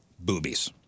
Boobies